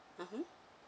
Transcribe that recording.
mmhmm